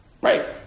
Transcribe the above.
right